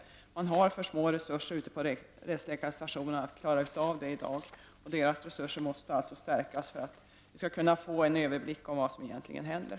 Rättsläkarstationerna har i dag för små resurser för att klara av detta. Deras resurser måste alltså stärkas för att vi skall kunna få en överblick i fråga om vad som egentligen händer.